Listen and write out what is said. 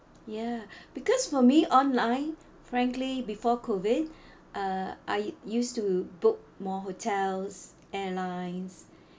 ya because for me online frankly before COVID uh I used to book more hotels airlines